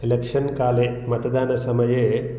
election काले मतदानसमये